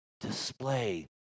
display